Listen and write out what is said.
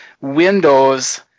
windows